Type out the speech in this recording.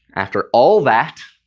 after all that.